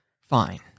fine